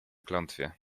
klątwie